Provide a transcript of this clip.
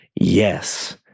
yes